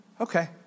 Okay